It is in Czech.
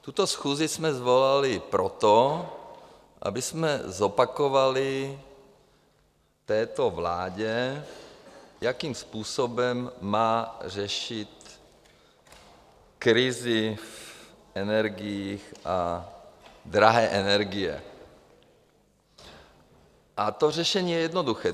Tuto schůzi jsme svolali proto, abychom zopakovali této vládě, jakým způsobem má řešit krizi v energiích a drahé energie, a to řešení je jednoduché.